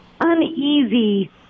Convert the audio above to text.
uneasy